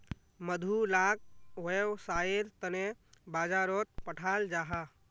मधु लाक वैव्सायेर तने बाजारोत पठाल जाहा